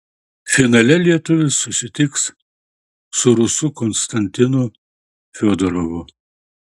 finale lietuvis susitiks su rusu konstantinu fiodorovu